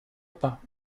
pas